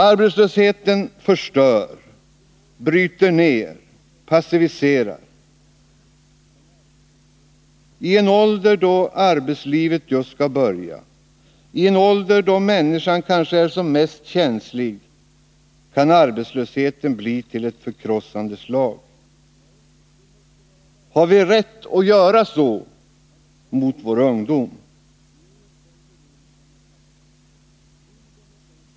Arbetslösheten förstör, bryter ned och passiviserar. I en ålder då arbetslivet just skall börja, i en ålder då människan kanske är som mest känslig, kan arbetslösheten bli till ett förkrossande slag. Har vi rätt att göra så mot vår ungdom?